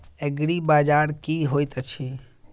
एग्रीबाजार की होइत अछि?